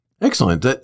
Excellent